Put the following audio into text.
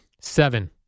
Seven